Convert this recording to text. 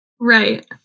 right